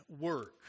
work